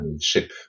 ship